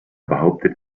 behauptet